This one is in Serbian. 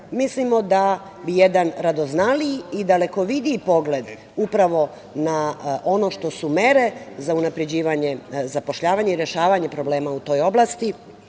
mislimo da bi jedan radoznaliji i dalekovidiji pogled upravo na ono što su mere za unapređivanje zapošljavanja i rešavanja problema u toj oblasti